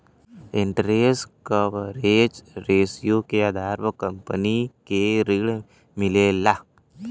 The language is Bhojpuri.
इंटेरस्ट कवरेज रेश्यो के आधार पर कंपनी के ऋण मिलला